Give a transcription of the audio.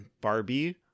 Barbie